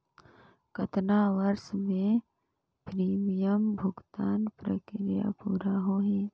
कतना वर्ष मे प्रीमियम भुगतान प्रक्रिया पूरा होही?